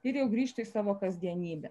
ir jau grįžtų į savo kasdienybę